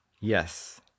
Yes